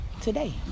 today